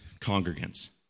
congregants